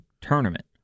tournament